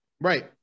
right